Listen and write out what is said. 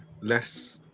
less